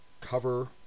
cover